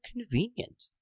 convenient